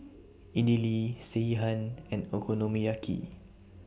Idili Sekihan and Okonomiyaki